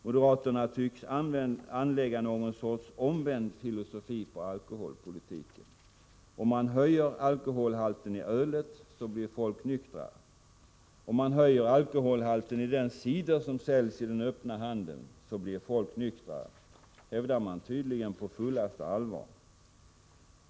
Moderaterna tycks anlägga någon sorts omvänd filosofi på alkoholpolitiken. Om man höjer alkoholhalten i ölet, blir folk nyktrare. Om man höjer alkoholhalten i den cider som säljs i öppna handeln, blir folk nyktrare, hävdar man tydligen på fullaste allvar.